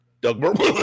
Doug